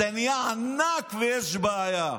זה נהיה ענק, ויש בעיה.